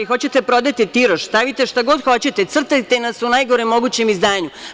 Hoćete da prodate tiraž, stavite šta god hoćete, crtajte nas u najgorem mogućem izdanju.